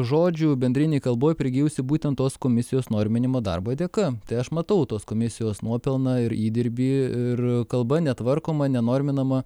žodžių bendrinėj kalboj prigijusių būtent tos komisijos norminimo darbo dėka tai aš matau tos komisijos nuopelną ir įdirbį ir kalba netvarkoma nenorminama